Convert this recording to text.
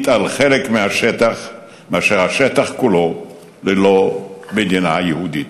על חלק מהשטח מאשר השטח כולו ללא מדינה יהודית,